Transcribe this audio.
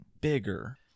bigger